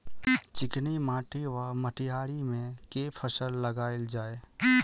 चिकनी माटि वा मटीयारी मे केँ फसल लगाएल जाए?